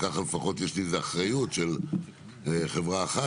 כך לפחות יש איזו אחריות של חברה אחת